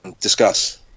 discuss